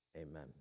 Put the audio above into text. Amen